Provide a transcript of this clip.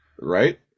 Right